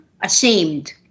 ashamed